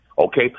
Okay